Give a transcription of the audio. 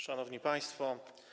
Szanowni Państwo!